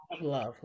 love